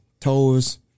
Toes